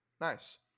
Nice